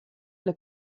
alle